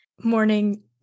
morning